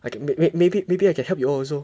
I can maybe maybe I can help y'all also